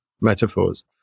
metaphors